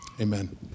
amen